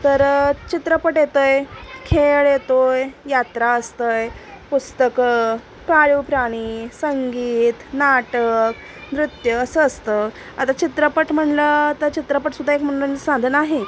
तर चित्रपट येतंय खेळ येतो आहे यात्रा असतंय पुस्तकं प्राळीव प्राणी संगीत नाटक नृत्य असं असतं आता चित्रपट म्हणलं तर चित्रपटसुद्धा एक मनोरंजन साधन आहे